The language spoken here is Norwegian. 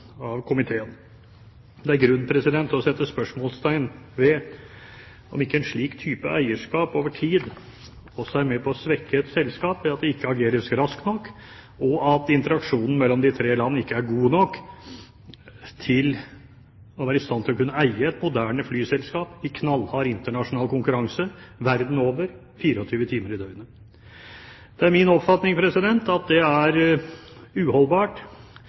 komiteen. Det er grunn til å sette spørsmålstegn ved om ikke en slik type eierskap over tid også er med på å svekke et selskap ved at det ikke ageres raskt nok, og at interaksjonen mellom de tre landene ikke er god nok til at man kan være i stand til å eie et moderne flyselskap i knallhard internasjonal konkurranse verden over 24 timer i døgnet. Det er min oppfatning at det er uholdbart